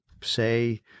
say